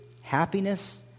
happiness